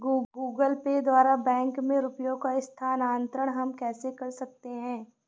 Google Pay द्वारा bank में रुपयों का स्थानांतरण हम कैसे कर सकते हैं?